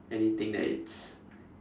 anything that is